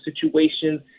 situations